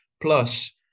Plus